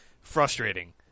frustrating